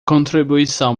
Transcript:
contribuição